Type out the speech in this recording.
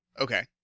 Okay